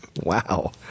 Wow